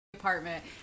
Apartment